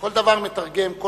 כל דור מתרגם